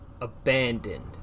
abandoned